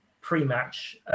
pre-match